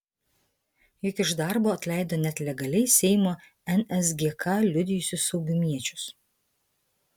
juk iš darbo atleido net legaliai seimo nsgk liudijusius saugumiečius